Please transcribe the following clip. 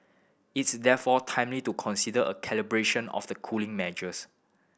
it's therefore timely to consider a calibration of the cooling measures